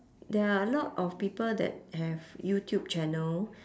there are a lot of people that have youtube channel